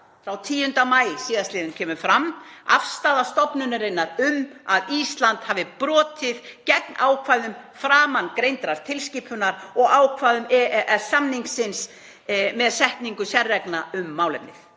frá 10. maí sl. kemur fram afstaða stofnunarinnar um að Ísland hafi brotið gegn ákvæðum framangreindrar tilskipunar og ákvæðum EES-samningsins með setningu sérreglna um málefnið.